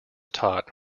taught